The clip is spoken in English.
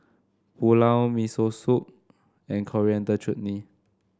Pulao Miso Soup and Coriander Chutney